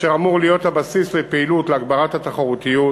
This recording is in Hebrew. אשר אמור להיות הבסיס לפעילות להגברת התחרותיות,